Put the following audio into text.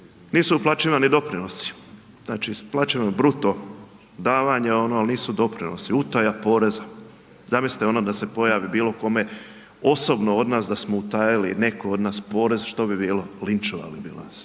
nisu uplaćivani doprinosi. Znači, isplaćeno je bruto davanja ono, ali nisu doprinosi. Utaja poreza. Zamislite ono da se pojavi bilo kome, osobno od nas, da smo utajili netko od nas porez, što bi bilo? Linčovali bi vas.